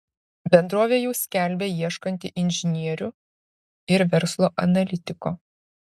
bendrovė jau skelbia ieškanti inžinierių ir verslo analitiko